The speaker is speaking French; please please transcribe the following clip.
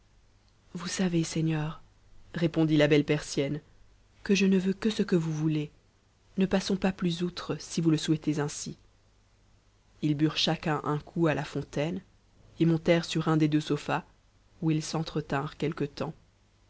vous savez seigneur répondit la belle persienne que je ne veux que ce que vous voulez ne passons pas plus outre si vous le souhaitez ainsi ils lui'eat chacun un coup à la fontaine et montèrent sur un des deux sofas où ils s'entretinrent quelque temps